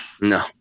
No